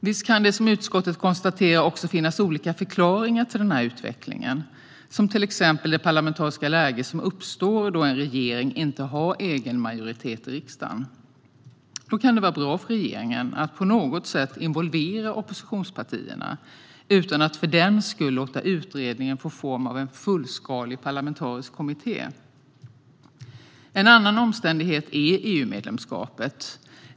Visst kan det som utskottet konstaterar också finnas olika förklaringar till den här utvecklingen, som till exempel det parlamentariska läge som uppstår då en regering inte har egen majoritet i riksdagen. Då kan det vara bra för regeringen att på något sätt involvera oppositionspartierna, utan att för den skull låta utredningen få formen av en fullskalig parlamentarisk kommitté. En annan omständighet är EU-medlemskapet.